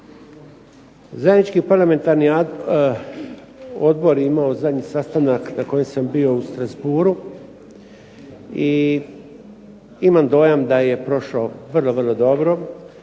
Zajednički parlamentarni odbor imao je zadnji sastanak na kojem sam bio u Strassbourgu i imam dojam da je prošao vrlo, vrlo dobro,